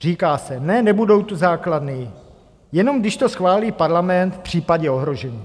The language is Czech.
Říká se ne, nebudou tu základny, jenom když to schválí Parlament v případě ohrožení.